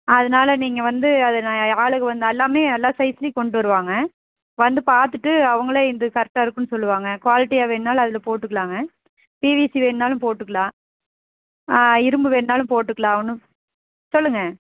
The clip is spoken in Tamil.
அதனால நீங்கள் வந்து அது நான் ஆளுகள் வந்தால் எல்லாமே எல்லா சைஸ்லேயும் கொண்டு வருவாங்க வந்து பார்த்துட்டு அவங்களே இது கரெட்டாயிருக்குன்னு சொல்லுவாங்கள் குவால்ட்டியாக வேணுன்னாலும் அதில் போட்டுக்கலாங்க பிவிசி வேணுன்னாலும் போட்டுக்கலாம் ஆ இரும்பு வேணுன்னாலும் போட்டுக்கலாம் சொல்லுங்கள்